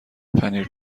پنیر